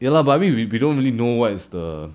ya lah but I mean we we don't really know what is the